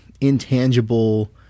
intangible